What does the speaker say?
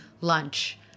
lunch